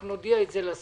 אנחנו נודיע את זה לשר.